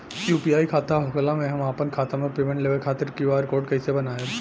UPI खाता होखला मे हम आपन खाता मे पेमेंट लेवे खातिर क्यू.आर कोड कइसे बनाएम?